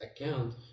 account